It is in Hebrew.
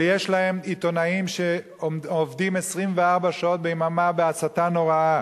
ויש להם עיתונאים שעובדים 24 שעות ביממה בהסתה נוראה.